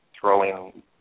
throwing